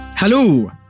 Hello